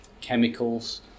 chemicals